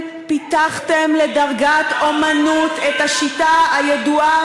אתם פיתחתם לדרגת אמנות את השיטה הידועה